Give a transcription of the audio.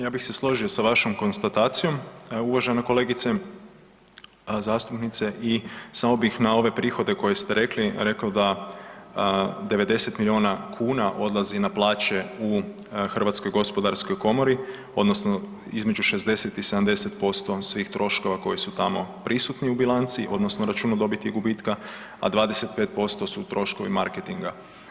Ja bih se složio sa vašom konstatacijom uvažena kolegice zastupnice i samo bih na ove prihode koje ste rekli rekao da 90 milijuna kuna odlazi na plaće u Hrvatskoj gospodarskoj komori odnosno između 60 i 70% svih troškova koji su tamo prisutni u bilanci odnosno računu dobiti i gubitka, a 25% su troškovi marketinga.